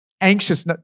anxious